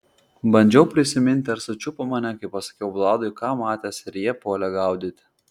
bandžiau prisiminti ar sučiupo mane kai pasakiau vladui ką matęs ir jie puolė gaudyti